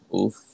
Oof